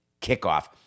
kickoff